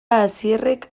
asierrek